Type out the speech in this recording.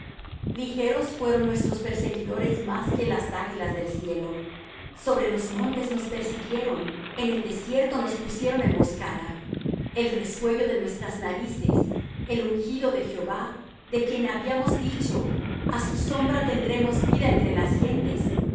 ligeros fueron nuestros perseguidores más que las águilas del cielo sobre los montes nos persiguieron en el desierto nos pusieron emboscada el resuello de nuestras narices el ungido de jehová de quien habíamos dicho a su sombra tendremos vida entre las gentes